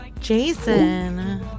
Jason